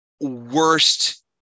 worst